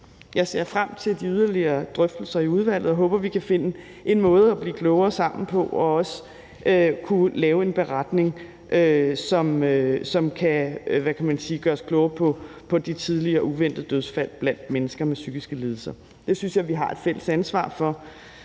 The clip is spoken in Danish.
Jeg ser frem til de yderligere drøftelser i udvalget og håber, at vi kan finde en måde at blive klogere sammen på og også kunne lave en beretning, som kan gøre os klogere på de tidlige og uventede dødsfald blandt mennesker med psykiske lidelser. Det synes jeg vi har et fælles ansvar for,